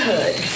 Hood